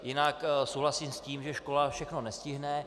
Jinak souhlasím s tím, že škola všechno nestihne.